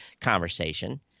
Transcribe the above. conversation